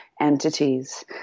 entities